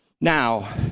Now